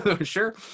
sure